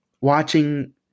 watching